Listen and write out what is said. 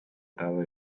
päeva